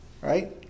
right